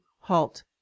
halt